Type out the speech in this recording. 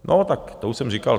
No tak to už jsem říkal.